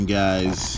guys